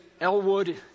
Elwood